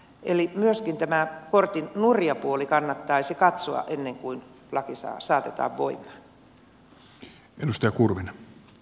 eli myöskin tämä portin nurja puoli kannattaisi katsoa ennen kuin laki saatetaan voimaan